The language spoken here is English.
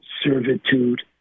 servitude